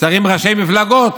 שרים וראשי מפלגות